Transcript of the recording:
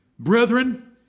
Brethren